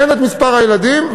אין מספר הילדים,